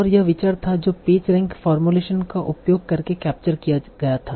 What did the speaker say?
और यह विचार था जो पेज रैंक फॉर्मूलेशन का उपयोग करके कैप्चर किया गया था